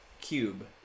cube